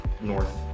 North